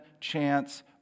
chance